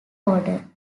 order